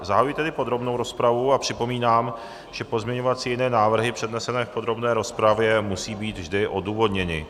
Zahajuji tedy podrobnou rozpravu a připomínám, že pozměňovací i jiné návrhy přednesené v podrobné rozpravě musí být vždy odůvodněny.